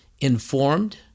informed